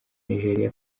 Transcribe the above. nigeria